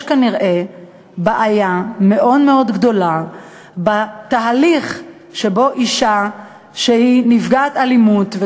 יש כנראה בעיה מאוד מאוד גדולה בתהליך שבו אישה שהיא נפגעת אלימות,